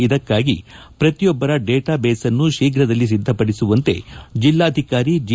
ಇದಕ್ಕಾಗಿ ಪ್ರತಿಯೊಬ್ಬರ ಡೇಟಾಬೇಸ್ನ್ನು ಶೀಘ್ರದಲ್ಲಿ ಸಿದ್ಧಪಡಿಸುವಂತೆ ಜಿಲ್ಲಾಧಿಕಾರಿ ಜಿ